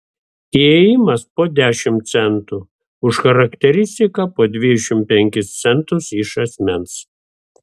įėjimas po dešimt centų už charakteristiką po dvidešimt penkis centus iš asmens